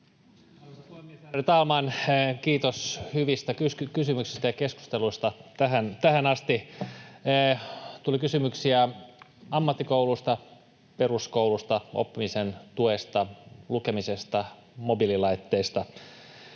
Kiitos hyvistä kysymyksistä ja keskustelusta tähän asti. Tuli kysymyksiä ammattikoulusta, peruskoulusta, oppimisen tuesta, lukemisesta, mobiililaitteista.